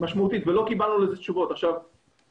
אני